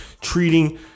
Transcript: treating